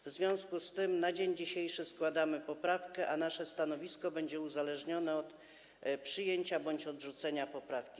Wobec tego na dzień dzisiejszy składamy poprawkę, a nasze stanowisko będzie uzależnione od przyjęcia bądź odrzucenia tej poprawki.